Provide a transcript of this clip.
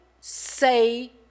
say